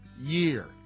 year